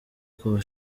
kuva